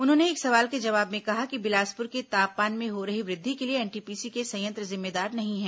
उन्होंने एक सवाल के जवाब में कहा कि बिलासपुर के तापमान में हो रही वृद्धि के लिए एनटीपीसी के संयंत्र जिम्मेदार नहीं है